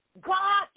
God